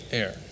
air